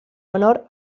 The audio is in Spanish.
honor